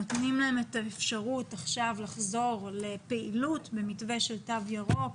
נותנים להם עכשיו את האפשרות לחזור לפעילות במתווה של תו ירוק.